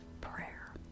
Prayer